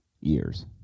years